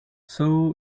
zhou